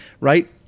right